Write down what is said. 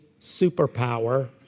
superpower